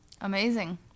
amazing